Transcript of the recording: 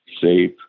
safe